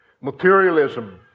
materialism